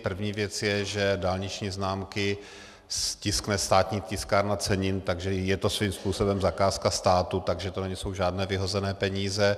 První věc je, že dálniční známky tiskne Státní tiskárna cenin, takže je to svým způsobem zakázka státu, takže to nejsou žádné vyhozené peníze.